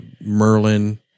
Merlin